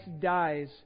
dies